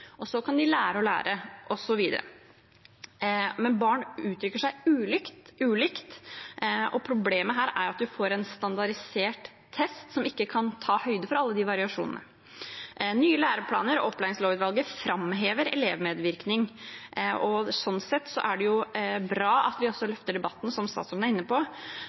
kan de lære å lære, osv. Men barn uttrykker seg ulikt, og problemet her er at man får en standardisert test som ikke kan ta høyde for alle de variasjonene. Nye læreplaner og opplæringslovutvalget framhever elevmedvirkning, og sånn sett er det bra at vi løfter debatten, som statsråden er inne på,